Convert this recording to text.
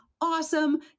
awesome